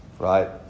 Right